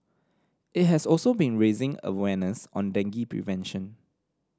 it has also been raising awareness on dengue prevention